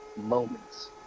moments